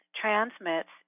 transmits